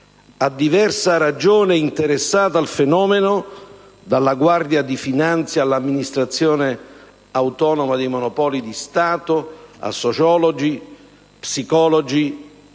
a diversa ragione interessati al fenomeno (dalla Guardia di finanza all'Amministrazione autonoma dei Monopoli di Stato, a sociologi, psicologi,